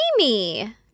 Amy